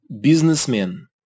Businessman